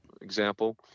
example